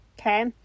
okay